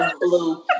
blue